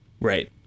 Right